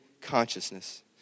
consciousness